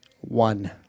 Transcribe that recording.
One